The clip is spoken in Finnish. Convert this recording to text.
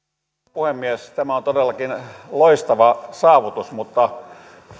puhemies tämä on todellakin loistava saavutus mutta